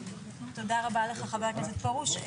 תודה רבה לך, חבר הכנסת פרוש.